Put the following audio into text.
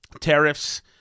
tariffs